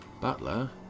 Butler